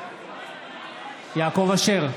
בעד יעקב אשר,